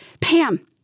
Pam